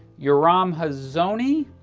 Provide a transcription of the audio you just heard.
yoram hazony,